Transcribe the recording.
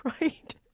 right